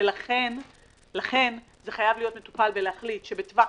לכן זה חייב להיות מטופל ולהחליט שבטווח